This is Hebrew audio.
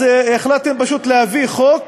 אז החלטתם פשוט להביא חוק